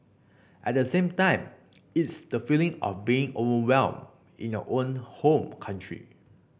at the same time it's the feeling of being overwhelmed in your own home country